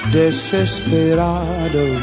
desesperado